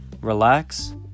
Relax